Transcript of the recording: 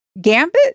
Gambit